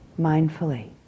mindfully